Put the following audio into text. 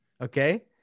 Okay